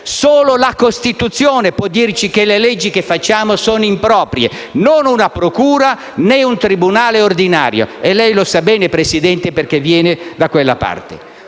Solo la Costituzione può dirci che le leggi che facciamo sono improprie, non una procura, né un tribunale ordinario e lei lo sa bene, Presidente, perché viene da quella